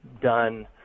done